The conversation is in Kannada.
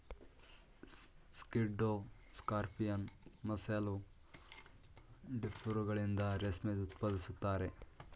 ಸ್ಕಿಡ್ಡೋ ಸ್ಕಾರ್ಪಿಯನ್, ಮಸ್ಸೆಲ್, ಡಿಪ್ಲುರಗಳಿಂದ ರೇಷ್ಮೆ ಉತ್ಪಾದಿಸುತ್ತಾರೆ